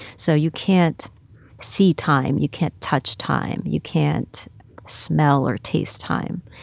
so you can't see time. you can't touch time. you can't smell or taste time.